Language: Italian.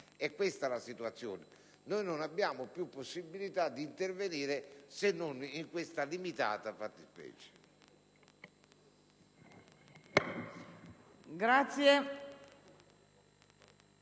Questa è la situazione; noi non abbiamo più possibilità d'intervenire, se non in questa limitata forma.